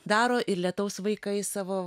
daro ir lietaus vaikai savo